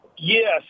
Yes